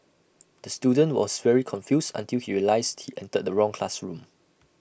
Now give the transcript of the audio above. the student was very confused until he realised he entered the wrong classroom